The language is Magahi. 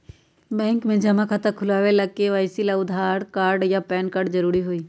बैंक में जमा खाता खुलावे ला के.वाइ.सी ला आधार कार्ड आ पैन कार्ड जरूरी हई